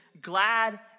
glad